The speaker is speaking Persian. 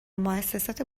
موسسات